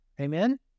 Amen